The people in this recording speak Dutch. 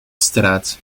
straat